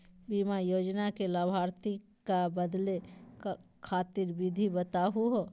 बीमा योजना के लाभार्थी क बदले खातिर विधि बताही हो?